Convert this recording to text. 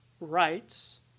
rights